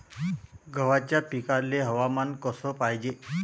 गव्हाच्या पिकाले हवामान कस पायजे?